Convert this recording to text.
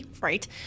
right